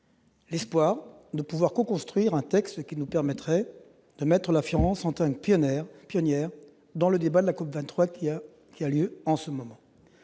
l'espoir de pouvoir coconstruire un texte permettant de mettre la France en position de pionnière dans le débat de la COP23, qui a lieu en ce moment.